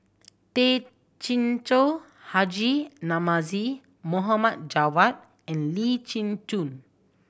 Tay Chin Joo Haji Namazie Mohd Javad and Lee Chin Koon